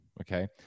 Okay